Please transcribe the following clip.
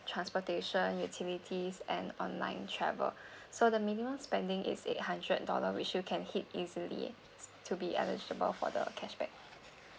transportation utilities and online travel so the minimum spending is eight hundred dollar which you can hit easily to be eligible for the cashback